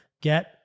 get